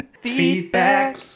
Feedback